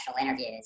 interviews